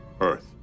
Earth